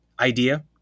idea